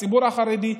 הציבור החרדי,